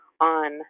on